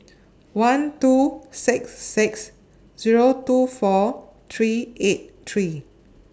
one two six six Zero two four three eight three